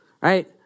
right